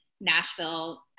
Nashville